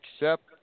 accept